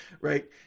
Right